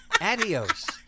Adios